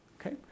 okay